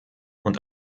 und